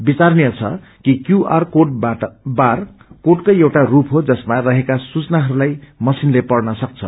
विचारणीय छ कि क्यू आर कोड बार कोडकै एउटा रूप को जसमा रहेका सूचनाहरूलाई मशीनले पढ़न सक्छ